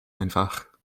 einfach